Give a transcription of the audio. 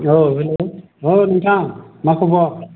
औ हेल' औ नोंथां मा खबर